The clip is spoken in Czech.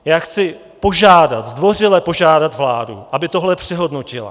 Já chci požádat, zdvořile požádat vládu, aby tohle přehodnotila.